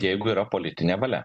jeigu yra politinė valia